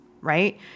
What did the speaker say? right